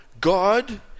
God